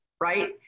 right